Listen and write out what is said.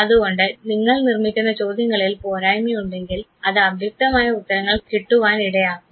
അതുകൊണ്ട് നിങ്ങൾ നിർമ്മിക്കുന്ന ചോദ്യങ്ങളിൽ പോരായ്മയുണ്ടെങ്കിൽ അത് അവ്യക്തമായ ഉത്തരങ്ങൾ കിട്ടുവാൻ ഇടയാക്കും